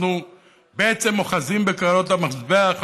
אנחנו בעצם אוחזים בקרנות המזבח.